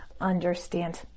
understand